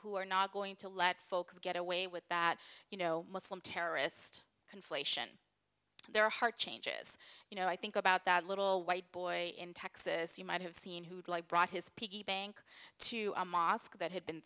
who are not going to let folks get away with that you know muslim terrorist conflation their heart changes you know i think about that little white boy in texas you might have seen who would like brought his piggy bank to a mosque that had been